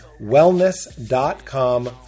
wellness.com